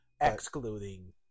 Excluding